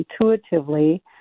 intuitively